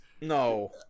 no